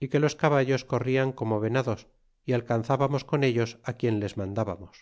y que los caballos corrían como venados y alcanzábamos con ellos á quien les mandábamos